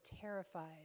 terrified